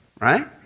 Right